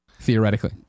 Theoretically